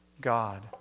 God